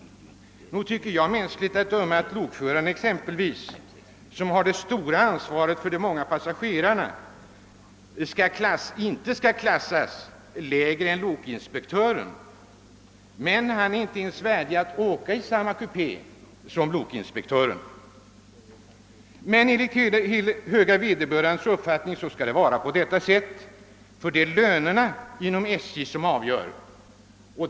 Nog tycker jag att lokföraren, som bär ansvaret för många passagerare, inte skall klassas lägre än lokinspektören. Han är emellertid inte värdig att åka i samma kupé som lokinspektören. Enligt höga vederbörandes uppfattning skall det vara på detta sätt, ty det är lönerna inom SJ som avgör.